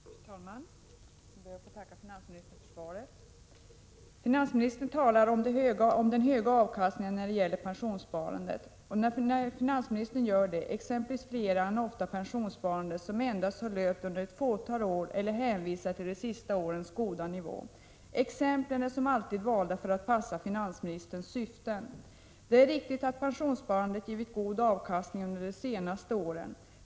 Fru talman! Jag ber att få tacka finansministern för svaret. Finansministern talar om den höga avkastningen när det gäller pensionssparandet. När finansministern gör det exemplifierar han ofta med pensionssparande som löpt endast under ett fåtal år, eller också hänvisar han till de Prot. 1986/87:15 senaste årens höga nivå. Exemplen är som alltid valda för att passa 23 oktober 1986 = finansministerns syften. mm os, or Detär riktigt att pensionssparandet gett god avkastning under de senaste åren.